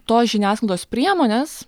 tos žiniasklaidos priemonės